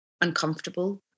uncomfortable